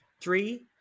Three